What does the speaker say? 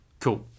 Cool